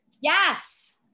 Yes